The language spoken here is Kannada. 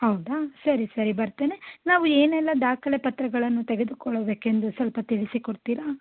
ಹೌದಾ ಸರಿ ಸರಿ ಬರ್ತೇನೆ ನಾವು ಏನೆಲ್ಲ ದಾಖಲೆ ಪತ್ರಗಳನ್ನು ತೆಗೆದುಕೊಳ್ಳಬೇಕೆಂದು ಸ್ವಲ್ಪ ತಿಳಿಸಿಕೊಡ್ತೀರಾ